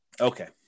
Okay